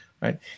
right